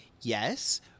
yes